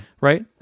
Right